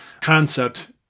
concept